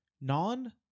non